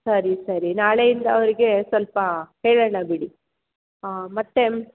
ಸರಿ ಸರಿ ನಾಳೆಯಿಂದ ಅವರಿಗೆ ಸ್ವಲ್ಪ ಹೇಳೋಣ ಬಿಡಿ ಹಾಂ ಮತ್ತೇನು